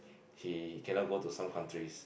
he cannot go to some countries